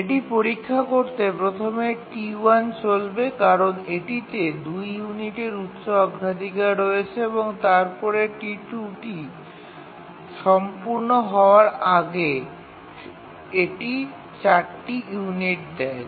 এটি পরীক্ষা করতে প্রথম T1 চলবে কারণ এটিতে ২ ইউনিটের উচ্চ অগ্রাধিকার রয়েছে এবং তারপরে T2 টি সম্পূর্ণ হওয়ার সাথে সাথে এটি ৪ টি ইউনিট নেয়